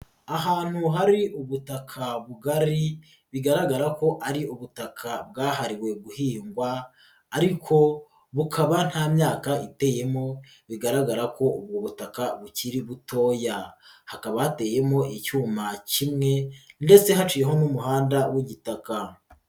Ahantu hari ubutaka bugari bigaragara ko ari ubutaka bwahariwe guhingwa ariko bukaba nta myaka iteyemo bigaragara ko ubu butaka bukiri butoya, hakaba hateyemo icyuma kimwe ndetse haciyeho n'umuhanda w'igitaka.